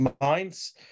minds